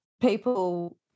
people